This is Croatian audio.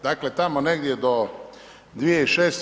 Dakle tamo negdje do 2006.